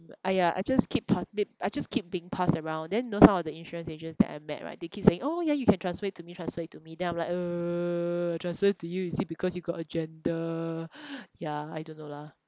!aiya! I just keep pa~ I just keep being passed around then you know some of the insurance agents that I met right they keep saying oh ya you can transfer it to me transfer it to me then I'm like uh I transfer it to you is it because you got agenda yeah I don't know lah